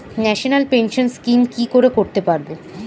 National pension scheme কি করে করতে পারব?